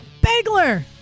Bagler